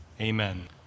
Amen